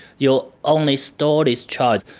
you only store this charge.